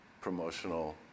promotional